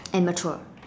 and mature